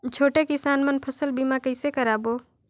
छोटे किसान मन फसल बीमा कइसे कराबो?